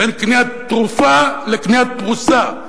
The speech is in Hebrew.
בין קניית תרופה לקניית פרוסה.